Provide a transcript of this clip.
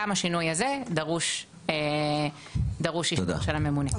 גם השינוי הזה דרוש אישור של הממונה.